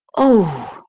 oh!